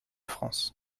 france